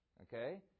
Okay